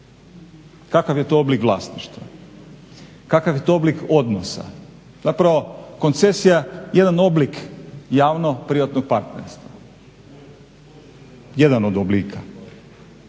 kakav je to oblik vlasništva, kakav je to oblik odnosa. Zapravo koncesija je jedan oblik javno privatnog partnerstva, jedan od oblika.